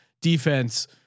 defense